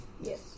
Yes